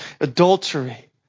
adultery